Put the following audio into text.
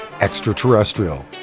extraterrestrial